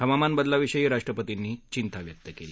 हवामान बदलाविषयी राष्ट्रपतींनी चिंता व्यक्त केली